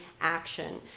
action